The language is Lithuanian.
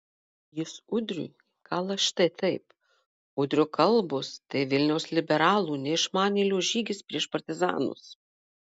jis udriui kala štai taip udrio kalbos tai vilniaus liberalų neišmanėlio žygis prieš partizanus